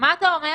מה אתה אומר,